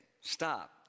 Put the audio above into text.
Stop